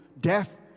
death